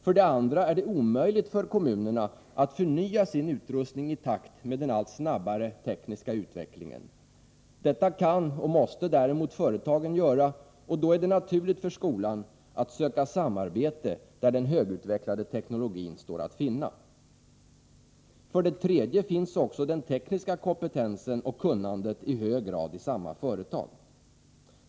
För det andra är det omöjligt för kommunerna att förnya sin utrustning i takt med den allt snabbare tekniska utvecklingen. Detta kan och måste däremot företagen göra, och då är det naturligt för skolan att söka samarbete där den högutvecklade teknologin står att finna. För det tredje finns också den tekniska kompetensen och kunnandet i hög grad i samma företag.